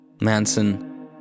Manson